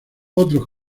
otros